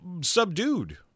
subdued